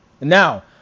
Now